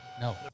No